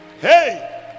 Hey